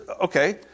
Okay